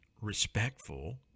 respectful